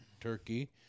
turkey